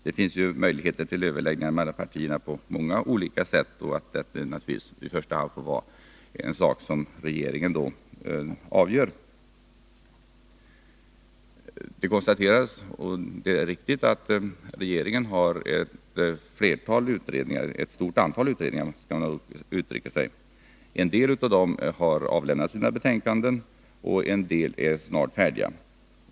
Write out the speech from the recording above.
Det finns möjligheter till överläggningar mellan partierna på många olika sätt, och detta måste i första hand vara en sak som regeringen avgör. Det konstaterades — och det är riktigt — att regeringen har tillsatt ett stort antal utredningar. En del av dem har lämnat sina betänkanden, och en del är snart färdiga.